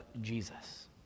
Jesus